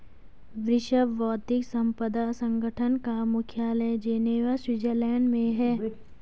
विश्व बौद्धिक संपदा संगठन का मुख्यालय जिनेवा स्विट्जरलैंड में है